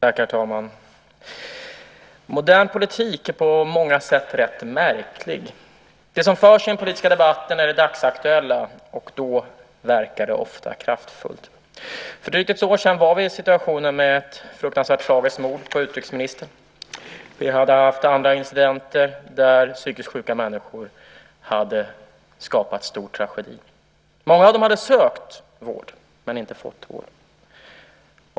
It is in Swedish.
Herr talman! Modern politik är på många sätt rätt märklig. Det som förs fram i den politiska debatten är det dagsaktuella, och då verkar det ofta kraftfullt. För drygt ett år sedan var vi i en situation med ett fruktansvärt tragiskt mord på utrikesministern. Vi hade haft andra incidenter där psykiskt sjuka människor hade skapat stor tragedi. Många av dem hade sökt men inte fått vård.